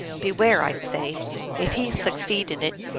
beware, i say if he succeed in it,